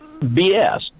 BS